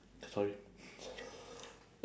sorry